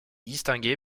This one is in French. distinguée